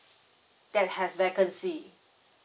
that has vacancy